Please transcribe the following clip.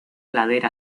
ladera